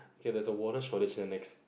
okay there's a water shortage here next